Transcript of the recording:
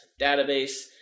database